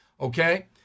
Okay